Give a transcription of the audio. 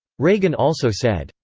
reagan also said,